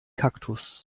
kaktus